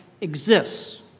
exists